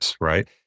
right